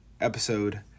episode